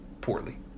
poorly